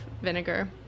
vinegar